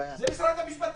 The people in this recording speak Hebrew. זה משרד המשפטים.